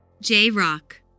J-Rock